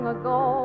ago